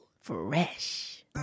Fresh